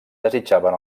desitjaven